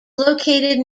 located